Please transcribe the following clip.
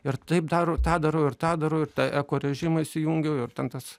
ir taip daro tą darau ir tą darau ir tą eko režimą įsijungiu ir ten tas